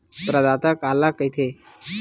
प्रदाता काला कइथे?